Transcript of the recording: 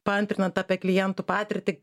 paantrinant apie klientų patirtį